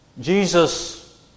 Jesus